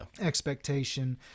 expectation